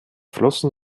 flossen